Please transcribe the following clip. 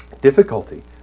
difficulty